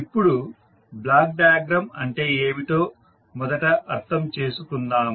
ఇప్పుడు block diagram అంటే ఏమిటో మొదట అర్థం చేసుకుందాం